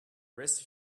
rest